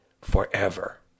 forever